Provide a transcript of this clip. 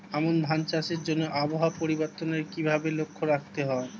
আমন ধান চাষের জন্য আবহাওয়া পরিবর্তনের কিভাবে লক্ষ্য রাখতে হয়?